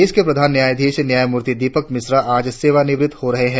देश के प्रधान न्यायाधीश न्यायमूर्ति दीपक मिश्रा आज सेवानिवृत हो रहे हैं